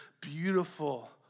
beautiful